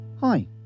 Hi